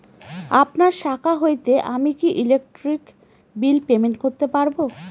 আপনার শাখা হইতে আমি কি ইলেকট্রিক বিল পেমেন্ট করতে পারব?